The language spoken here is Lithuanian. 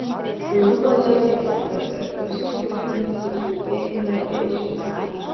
bet galų gale ji atsiliepė ir tamsiu koridoriumi lyg žvaigždė ėmė artėti švieselė